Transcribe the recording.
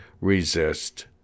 resist